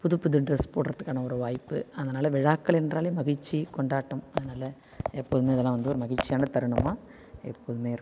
புது புது ட்ரெஸ் போடுறதுக்கான ஒரு வாய்ப்பு அதனால் விழாக்கள் என்றாலே மகிழ்ச்சி கொண்டாட்டம் அதனால் எப்போதுமே இதெல்லாம் வந்து ஒரு மகிழ்ச்சியான தருணமாக எப்போதுமே இருக்கும்